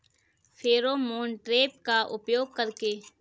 Pheromone trap का उपयोग कर के?